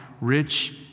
rich